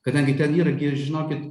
kadangi ten yra gi žinokit